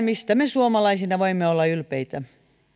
mistä me suomalaisina voimme olla ylpeitä